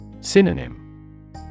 Synonym